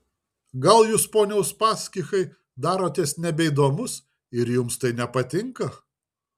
gal jūs pone uspaskichai darotės nebeįdomus ir jums tai nepatinka